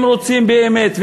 אם רוצים באמת,